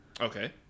Okay